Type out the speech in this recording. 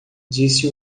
disse